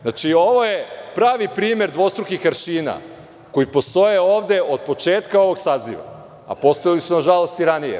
Znači, ovo je pravi primer dvostrukih aršina koji postoje ovde od početka ovog saziva, a postojali su nažalost i ranije.